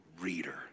reader